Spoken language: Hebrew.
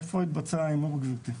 איפה התבצע ההימור גבירתי?